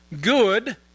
good